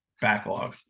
backlog